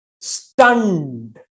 stunned